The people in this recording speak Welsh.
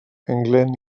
englyn